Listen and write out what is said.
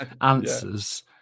answers